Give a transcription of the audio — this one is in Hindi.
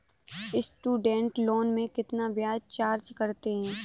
स्टूडेंट लोन में कितना ब्याज चार्ज करते हैं?